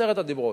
עשרת הדיברות.